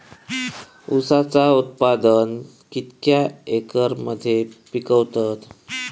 ऊसाचा उत्पादन कितक्या एकर मध्ये पिकवतत?